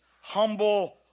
humble